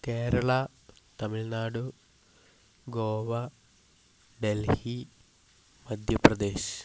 Kerala Tamil Nadu Goa Delhi Madhya Pradesh